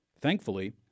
Thankfully